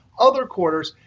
other quarters,